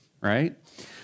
right